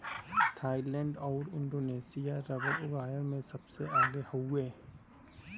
Thailand आउर Indonesia rubber उगावे में सबसे आगे हउवे